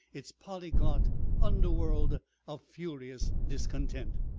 its polyglot underworld of furious discontent.